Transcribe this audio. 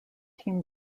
team